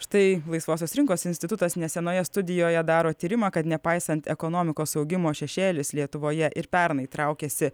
štai laisvosios rinkos institutas nesenoje studijoje daro tyrimą kad nepaisant ekonomikos augimo šešėlis lietuvoje ir pernai traukėsi